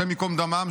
השם ייקום דמם,